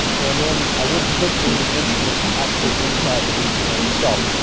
and then i wouldn't put any instruments actually inside the knee joint itself